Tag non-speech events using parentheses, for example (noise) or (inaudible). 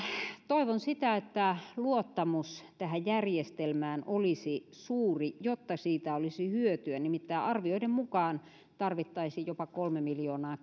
toivon sitä että luottamus tähän järjestelmään olisi suuri jotta siitä olisi hyötyä nimittäin arvioiden mukaan tarvittaisiin jopa kolme miljoonaa (unintelligible)